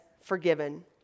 forgiven